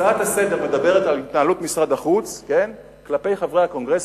ההצעה לסדר-היום מדברת על התנהלות משרד החוץ כלפי חברי הקונגרס